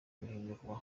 guhindurwa